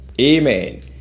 Amen